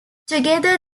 together